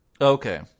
Okay